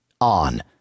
on